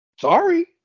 sorry